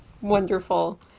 Wonderful